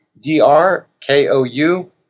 D-R-K-O-U